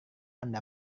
anda